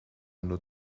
nur